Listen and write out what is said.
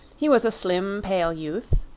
he was a slim, pale youth,